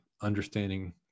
understanding